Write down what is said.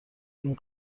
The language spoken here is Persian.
این